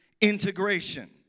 integration